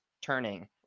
turning